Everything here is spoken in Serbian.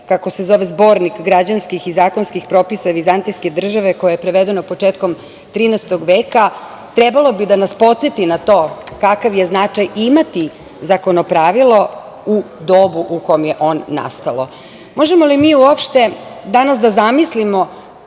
kako se zove zbornik građanskih i zakonskih propisa vizantijske države koje je prevedeno početkom 13 veka, trebalo bi da nas podseti na to kakav je značaj imati Zakonopravilo u dobu u kome je on nastao. Možemo li mi uopšte danas da zamislimo